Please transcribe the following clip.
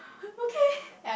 okay